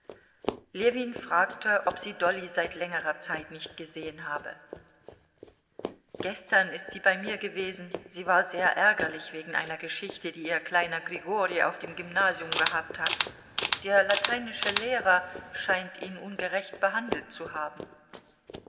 ljewin fragte ob sie dolly seit längerer zeit nicht gesehen habe gestern ist sie bei mir gewesen sie war sehr ärgerlich wegen einer geschichte die ihr kleiner grigori auf dem gymnasium gehabt hat der lateinische lehrer scheint ihn ungerecht behandelt zu haben